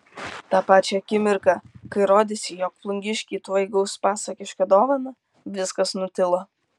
tą pačią akimirką kai rodėsi jog plungiškiai tuoj gaus pasakišką dovaną viskas nutilo